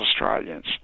Australians